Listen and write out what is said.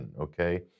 okay